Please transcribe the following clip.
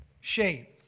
shape